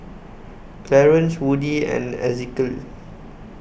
Clarance Woody and Ezekiel